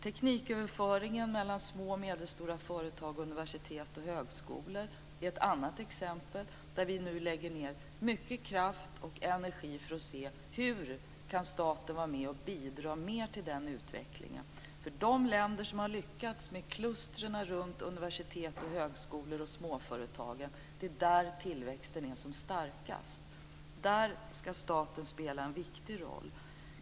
Tekniköverföringen mellan små och medelstora företag och universitet och högskolor är ett annat exempel där vi nu lägger ned mycket kraft och energi för att se hur staten kan vara med och bidra mer till den utvecklingen. I de länder som har lyckats med klustrena runt universitet och högskolor och småföretagen är tillväxten som starkast. Där ska staten spela en viktig roll.